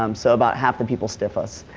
um so about half the people stiff us.